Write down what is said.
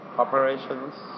operations